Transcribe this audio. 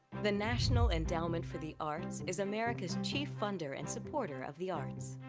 the national endowment for the arts is america's chief funder and supporter of the arts.